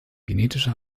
genetische